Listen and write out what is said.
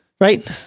right